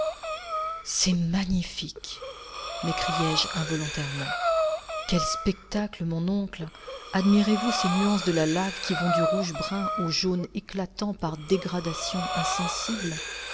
c'est magnifique m'écriai-je involontairement quel spectacle mon oncle admirez vous ces nuances de la lave qui vont du rouge brun au jaune éclatant par dégradations insensibles